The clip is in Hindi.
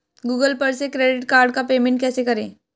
गूगल पर से क्रेडिट कार्ड का पेमेंट कैसे करें?